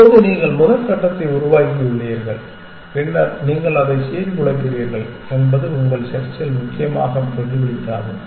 இப்போது நீங்கள் முதல் கட்டத்தை உருவாக்கியுள்ளீர்கள் பின்னர் நீங்கள் அதை சீர்குலைக்கிறீர்கள் என்பது உங்கள் செர்ச்சில் முக்கியமாக பிரதிபலிக்காது